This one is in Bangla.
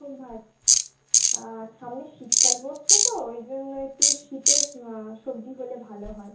খুব ভা সামনে শীতকাল পড়ছে তো এই জন্য একটু শীতের সবজি হলে ভালো হয়